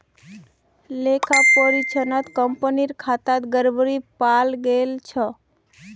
लेखा परीक्षणत कंपनीर खातात गड़बड़ी पाल गेल छ